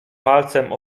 palcem